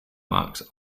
marks